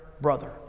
brother